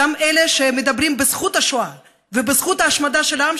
אותם אלה שמדברים בזכות השואה ובזכות ההשמדה של העם